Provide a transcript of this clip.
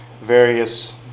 various